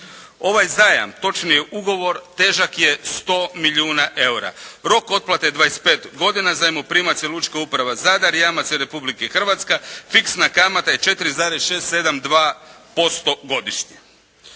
Ovaj zajam, točnije ugovor težak je 100 milijuna eura. Rok otplate je 25 godina, zajmoprimac je Lučka uprava Zadar, jamac je Republika Hrvatska, fiksna kamata je 4,672% godišnje.